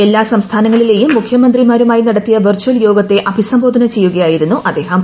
എല്ലാ സംസ്ഥാനങ്ങളിലേയും മുഖ്യമന്ത്രിമാരുമായി നടത്തിയ വിർചൽ യോഗത്തെ അഭിസംബോധന ചെയ്യുകയായിരുന്നു അദ്ദേഹം